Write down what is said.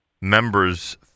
members